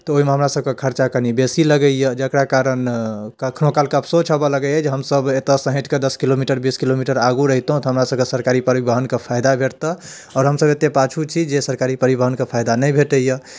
तऽ ओहिमे हमरासभके खरचा कनि बेसी लगैए जकरा कारण कखनहु कालके अफसोस हेबऽ लगैए जे हमसभ एतऽसँ हटिकऽ दस किलोमीटर बीस किलोमीटर आगू रहितहुँ तऽ हमरासभके सरकारी परिवहनके फाइदा भेटिते आओर हमसभ एतेक पाछू छी जे सरकारी परिवहनके फाइदा नहि भेटैए